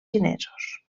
xinesos